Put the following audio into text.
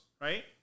right